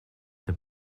the